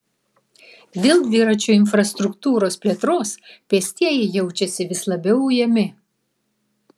dėl dviračių infrastruktūros plėtros pėstieji jaučiasi vis labiau ujami